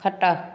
ଖଟ